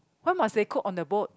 why must they cook on the boat